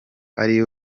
ari